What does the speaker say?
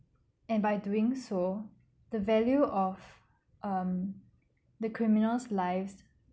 and by doing so the value of um the criminal's lives